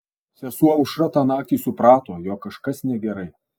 sesuo aušra tą naktį suprato jog kažkas negerai